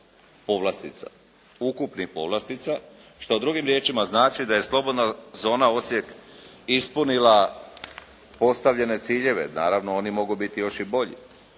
povlastica, ukupnih povlastica, što drugim riječima znači da je slobodna zona Osijek ispunila postavljene ciljeve, naravno oni mogu biti još i bolji.